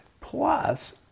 Plus